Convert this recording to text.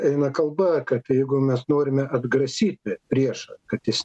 eina kalba kad jeigu mes norime atgrasyti priešą kad jis